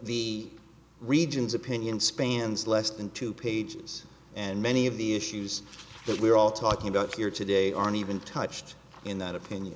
the region's opinion spans less than two pages and many of the issues that we're all talking about here today aren't even touched in that opinion